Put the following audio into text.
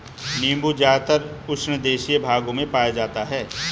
नीबू ज़्यादातर उष्णदेशीय भागों में पाया जाता है